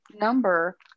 number